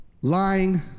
lying